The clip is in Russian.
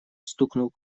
стукнул